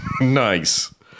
Nice